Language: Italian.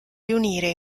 riunire